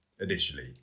initially